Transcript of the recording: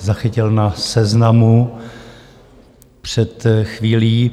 zachytil na Seznamu před chvílí.